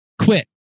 quit